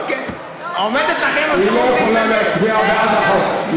לא, אסור לי, עומדת לכם הזכות להתנגד.